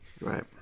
Right